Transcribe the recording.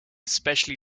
specially